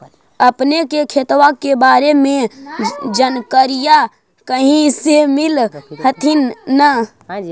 अपने के खेतबा के बारे मे जनकरीया कही से मिल होथिं न?